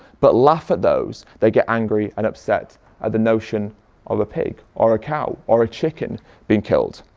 but laugh at those that get angry and upset at the notion of a pig or a cow or a chicken being killed.